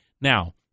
Now